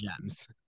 gems